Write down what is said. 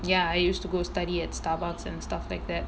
ya I used to go study at Starbucks and stuff like tha